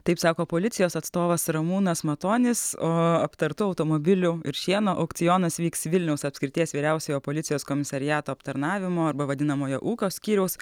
taip sako policijos atstovas ramūnas matonis o aptartų automobilių ir šieno aukcionas vyks vilniaus apskrities vyriausiojo policijos komisariato aptarnavimo arba vadinamojo ūkio skyriaus